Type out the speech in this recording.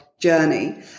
journey